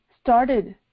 started